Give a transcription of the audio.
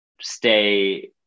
stay